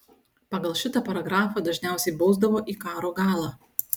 pagal šitą paragrafą dažniausiai bausdavo į karo galą